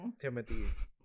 Timothy